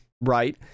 right